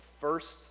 first